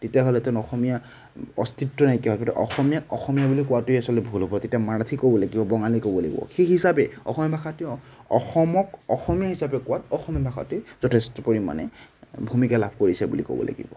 তেতিয়া হ'লেতো অসমীয়াৰ অস্তিত্ব নাইকিয়া হ'ব কিন্তু অসমীয়া অসমীয়া বুলি কোৱাটোৱে আচলতে ভুল হ'ব তেতিয়া মাৰাঠী ক'ব লাগিব বঙালী ক'ব লাগিব সেই হিচাবে অসমীয়া ভাষাটো অসমক অসমীয়া হিছাপে কোৱাত অসমীয়া ভাষাটোৱে যথেষ্ট পৰিমাণে ভূমিকা লাভ কৰিছে বুলিয়ে ক'ব লাগিব